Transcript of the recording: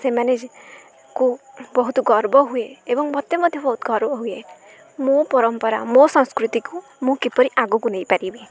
ସେମାନେ କୁ ବହୁତ ଗର୍ବ ହୁଏ ଏବଂ ମୋତେ ମଧ୍ୟ ବହୁତ ଗର୍ବ ହୁଏ ମୋ ପରମ୍ପରା ମୋ ସଂସ୍କୃତିକୁ ମୁଁ କିପରି ଆଗକୁ ନେଇପାରିବି